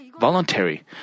voluntary